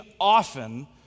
often